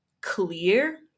clear